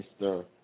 Mr